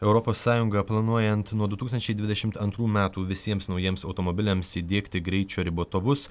europos sąjunga planuojant nuo du tūkstančiai dvidešimt antrų metų visiems naujiems automobiliams įdiegti greičio ribotuvus